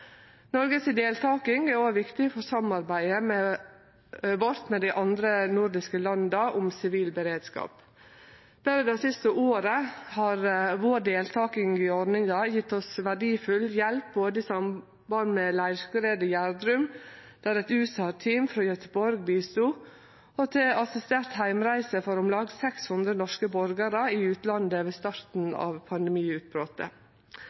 Noreg si deltaking er òg viktig for samarbeidet vårt med dei andre nordiske landa om sivil beredskap. Berre det siste året har vår deltaking i ordninga gjeve oss verdifull hjelp, både i samband med leirskredet i Gjerdrum, der eit USAR-team frå Göteborg hjelpte til, og til assistert heimreise for om lag 600 norske borgarar i utlandet ved